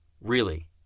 Really